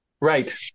Right